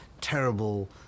terrible